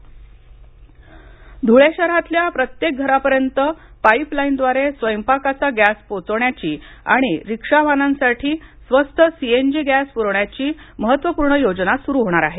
धळे pipeline gas Dhule शहरातल्या प्रत्येक घरापर्यंत पाइपलाईनद्वारे स्वयंपाकाचा गॅस पोचवण्याची आणि रिक्षा वाहनांसाठी स्वस्त सीएनजी गॅस पुरवण्याची महत्त्वपूर्ण योजना सुरु होणार आहे